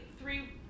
three